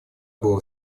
было